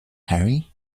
harry